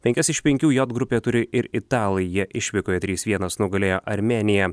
penkias iš penkių j grupėje turi ir italai jie išvykoje trys vienas nugalėjo armėniją